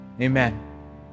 Amen